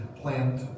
plant